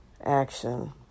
action